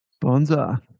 Bonza